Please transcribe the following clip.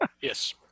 Yes